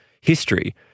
history